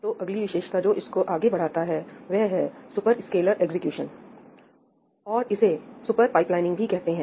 तो अगली विशेषता जो इसको आगे बढ़ाता है वह है सुपरस्केलर एग्जीक्यूशन और इसे सुपर पाइपलाइनिंग भी कहते हैं